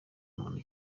muntu